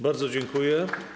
Bardzo dziękuję.